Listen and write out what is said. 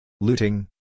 Looting